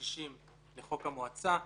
60 לחוק המועצה.